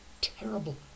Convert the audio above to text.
terrible